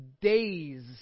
days